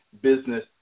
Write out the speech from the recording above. business